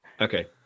Okay